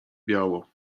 biało